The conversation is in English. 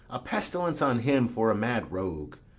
a pestilence on him for a mad rogue!